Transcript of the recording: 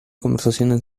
conversaciones